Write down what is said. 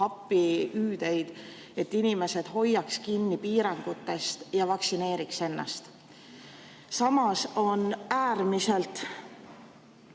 appihüüdeid, et inimesed hoiaks piirangutest kinni ja vaktsineeriks ennast. Samas on äärmiselt